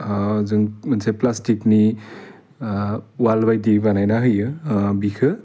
जों मोनसे प्लास्टिकनि वालबायदि बानायना होयो बिखो